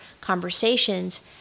conversations